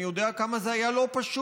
אני יודע כמה זה היה לא פשוט,